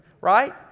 Right